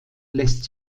lässt